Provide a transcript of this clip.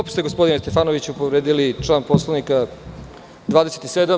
Opet ste, gospodine Stefanoviću, povredili član poslovnika 27.